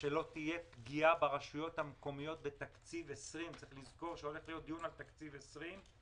תהיה פגיעה ברשויות המקומיות בתקציב 2020. צריך לזכור שהולך להיות דיון על תקציב 2020,